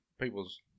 people's